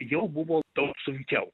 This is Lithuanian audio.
jau buvo daug sunkiau